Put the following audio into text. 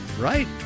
Right